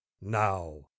Now